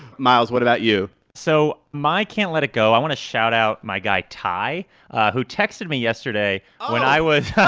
miles, what about you? so my can't let it go, i want to shoutout my guy ty who texted me yesterday when i was.